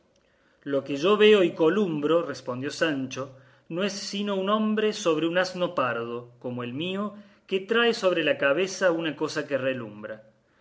lo que yo veo y columbro respondió sancho no es sino un hombre sobre un asno pardo como el mío que trae sobre la cabeza una cosa que relumbra